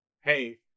hey